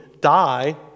die